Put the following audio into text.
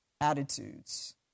attitudes